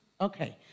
Okay